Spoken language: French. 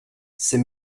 ses